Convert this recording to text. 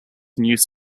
news